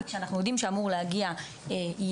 וכשאנחנו יודעים שאמור להגיע ילד,